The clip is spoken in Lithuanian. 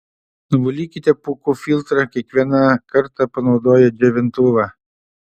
nuvalykite pūkų filtrą kiekvieną kartą panaudoję džiovintuvą